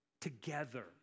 together